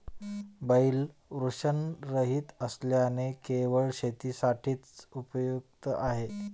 बैल वृषणरहित असल्याने केवळ शेतीसाठी उपयुक्त आहे